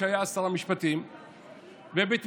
מצעד